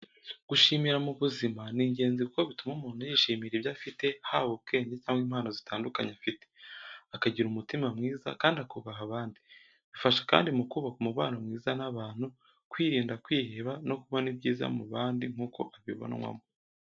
Gushimira mu buzima ni ingenzi kuko bituma umuntu yishimira ibyo afite, haba ubwenge cyangwa impano zitandukanye afite. Akagira umutima mwiza kandi akubaha abandi. Bifasha kandi mu kubaka umubano mwiza n’abantu, kwirinda kwiheba no kubona ibyiza mu bandi nk'uko abibonwamo.